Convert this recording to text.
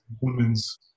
women's